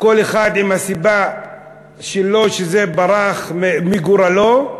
כל אחד עם הסיבה שלו, שזה ברח מגורלו,